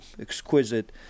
exquisite